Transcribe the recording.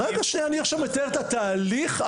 אני מתאר את התהליך.